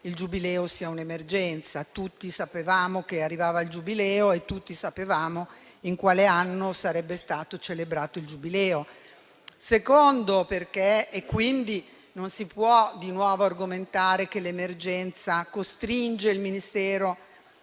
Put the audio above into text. il Giubileo sia un'emergenza. Tutti sapevamo che arrivava il Giubileo e tutti sapevamo in quale anno sarebbe stato celebrato. Non si può quindi di nuovo argomentare che l'emergenza costringe il Ministero